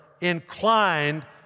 inclined